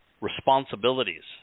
responsibilities